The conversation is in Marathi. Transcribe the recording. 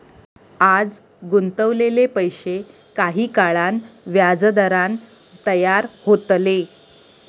आज गुंतवलेले पैशे काही काळान व्याजदरान तयार होतले